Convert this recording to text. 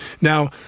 Now